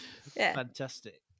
fantastic